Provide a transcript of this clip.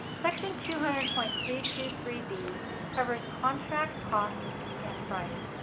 section two hundred point three two three b covers contract costs and price.